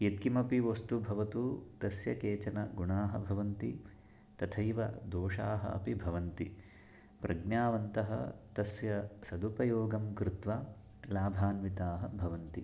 यत्किमपि वस्तु भवतु तस्य केचन गुणाः भवन्ति तथैव दोषाः अपि भवन्ति प्रज्ञावन्तः तस्य सदुपयोगं कृत्वा लाभान्विताः भवन्ति